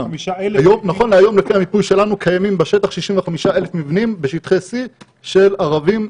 נכון להיום לפי המיפוי שלנו קיימים בשטח 65,000 מבנים בשטחי C של ערבים,